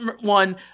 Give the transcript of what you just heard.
one